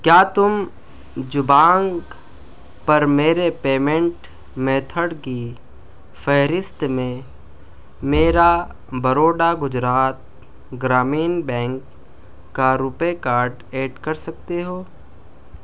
کیا تم جبانگ پرمیرے پیمینٹ میتھڈ کی فہرست میں میرا بروڈا گجرات گرامین بینک کا روپے کارڈ ایڈ کر سکتے ہو